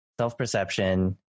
self-perception